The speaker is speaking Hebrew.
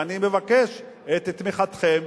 ואני מבקש את תמיכתכם.